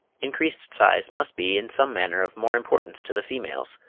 increased size must be in some manner of more importance to the females,